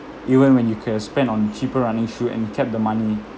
even when you could have spent on cheaper running shoe and kept the money